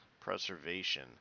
preservation